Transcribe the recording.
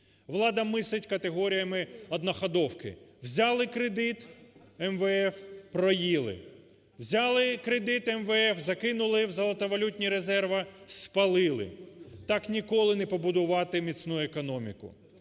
влада мислить категоріями одноходовки: взяли кредит МВФ – проїли; взяли кредит МВФ – закинули в золотовалютні резерви, спалили. Так ніколи не побудувати міцну економіку.